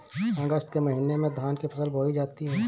अगस्त के महीने में धान की फसल बोई जाती हैं